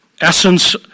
essence